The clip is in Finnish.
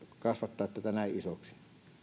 kasvatettaisi tätä näin isoksi